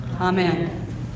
Amen